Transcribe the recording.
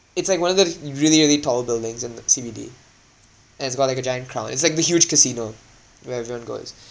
it's like one of the really really tall buildings in the C_B_D and it's got like a giant crown it's like the huge casino where everyone goes